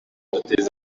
uteza